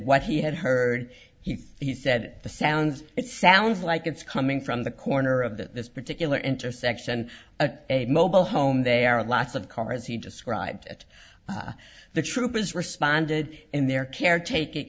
what he had heard he said the sounds it sounds like it's coming from the corner of this particular intersection at a mobile home there are lots of car as he described it the troopers responded in their care take it